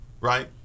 Right